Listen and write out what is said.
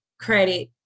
credit